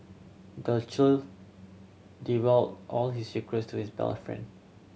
the child all his secrets to his best friend